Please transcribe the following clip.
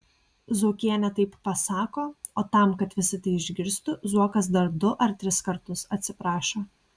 zuokienė taip pasako o tam kad visi tai išgirstų zuokas dar du ar tris kartus atsiprašo